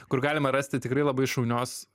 kur galima rasti tikrai labai šaunios